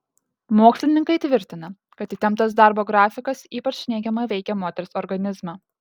mokslininkai tvirtina kad įtemptas darbo grafikas ypač neigiamai veikia moters organizmą